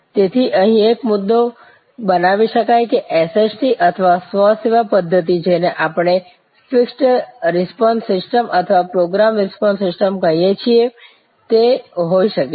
તેથી અહીં એક મુદ્દો બનાવી શકાય છે કે SST અથવા સ્વ સેવા પ્ધત્તિ જેને આપણે ફિક્સ્ડ રિસ્પોન્સ સિસ્ટમ અથવા પ્રોગ્રામ રિસ્પોન્સ સિસ્ટમ કહીએ છીએ તે હોઈ શકે છે